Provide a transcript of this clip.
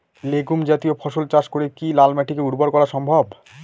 Legume জাতীয় ফসল চাষ করে কি লাল মাটিকে উর্বর করা সম্ভব?